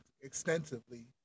extensively